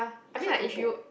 very hard to book